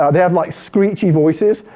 ah have like screechy voices.